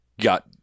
Got